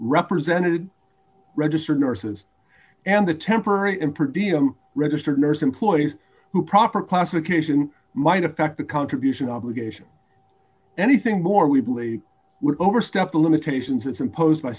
represented registered nurses and the temporary and pretty i'm registered nurse employees who proper classification might affect the contribution obligation anything more we believe we overstep the limitations imposed by